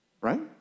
Right